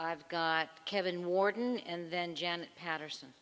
i've got kevin warden and then janet patterson